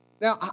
Now